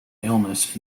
illness